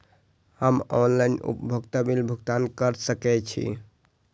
हम ऑनलाइन उपभोगता बिल भुगतान कर सकैछी?